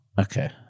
Okay